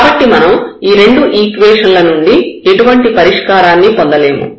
కాబట్టి మనం ఈ రెండు ఈక్వేషన్ ల నుండి ఎటువంటి పరిష్కారాన్ని పొందలేము